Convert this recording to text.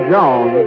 Jones